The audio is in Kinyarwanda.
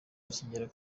akigera